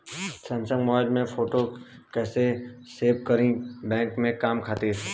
Samsung mobile में photo कैसे save करीं बैंक के काम खातिर?